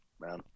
man